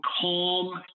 calm